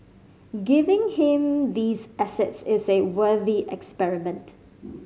giving him these assets is a worthy experiment